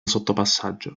sottopassaggio